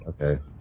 Okay